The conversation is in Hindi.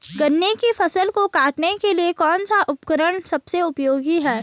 गन्ने की फसल को काटने के लिए कौन सा उपकरण सबसे उपयोगी है?